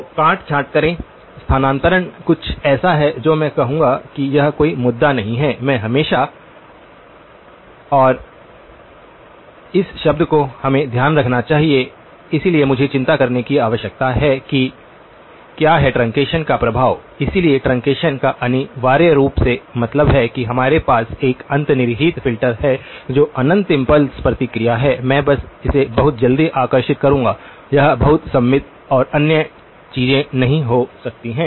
तो काट छाँट करें स्थानांतरण कुछ ऐसा है जो मैं कहूंगा कि यह कोई मुद्दा नहीं है मैं हमेशा 0310 और इस शब्द को हमें ध्यान रखना चाहिए इसलिए मुझे चिंता करने की आवश्यकता है कि क्या है ट्रंकेशन का प्रभाव इसलिए ट्रंकेशन का अनिवार्य रूप से मतलब है कि हमारे पास एक अंतर्निहित फिल्टर है जो अनंत इम्पल्स प्रतिक्रिया है मैं बस इसे बहुत जल्दी आकर्षित करूंगा यह बहुत सममित और अन्य चीजें नहीं हो सकती हैं